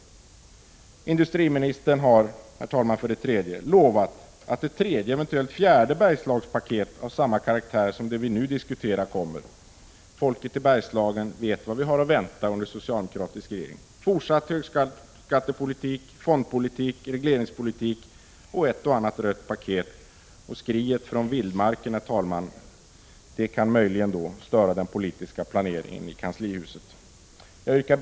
För det tredje: Industriministern har, herr talman, lovat att ett tredje och eventuellt ett fjärde Bergslagspaket av samma karaktär som det vi nu diskuterar kommer att läggas fram. Folket i Bergslagen vet vad det har att vänta under en socialdemokratisk regering — fortsatt högskattepolitik, fondpolitik, regleringspolitik och ett och annat rött paket. Möjligen kan, herr talman, skriet från vildmarken störa den politiska planeringen i kanslihuset. Herr talman!